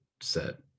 set